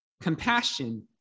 compassion